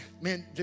man